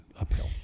uphill